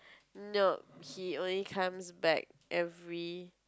no he only comes back every